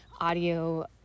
audio